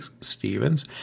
Stevens